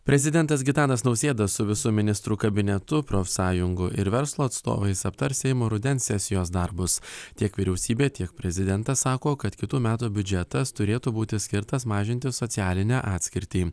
prezidentas gitanas nausėda su visu ministrų kabinetu profsąjungų ir verslo atstovais aptars seimo rudens sesijos darbus tiek vyriausybė tiek prezidentas sako kad kitų metų biudžetas turėtų būti skirtas mažinti socialinę atskirtį